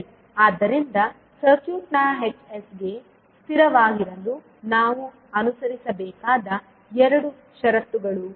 ಆದ್ದರಿಂದ ಸರ್ಕ್ಯೂಟ್ನ h s ಗೆ ಸ್ಥಿರವಾಗಿರಲು ನಾವು ಅನುಸರಿಸಬೇಕಾದ ಎರಡು ಷರತ್ತುಗಳು ಇವು